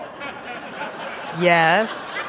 Yes